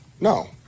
No